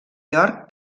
york